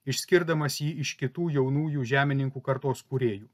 išskirdamas jį iš kitų jaunųjų žemininkų kartos kūrėjų